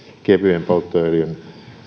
kevyen polttoöljyn